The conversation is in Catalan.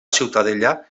ciutadella